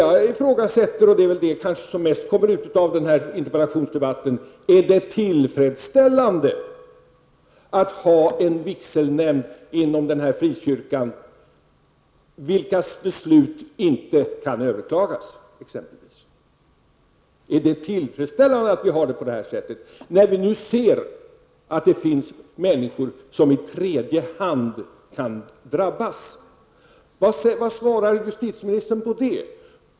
Jag ifrågasätter hanteringen här, och det är väl vad som tydligast kommer ut av den här interpellationsdebatten. Är det exempelvis tillfredsställande att ha en vigselnämnd inom den här frikyrkan vars beslut inte kan överklagas? Är det tillfredsställande att det förhåller sig på det sättet? Vi ser ju här att tredje person kan drabbas. Vad svarar justitieministern i det sammanhanget?